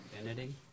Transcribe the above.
Infinity